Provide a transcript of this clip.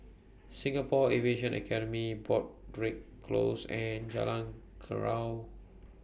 Singapore Aviation Academy Broadrick Close and Jalan